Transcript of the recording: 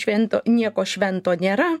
švento nieko švento nėra